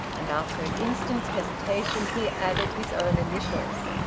and after an instant's hesitation he added his own initials.